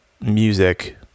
music